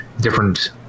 different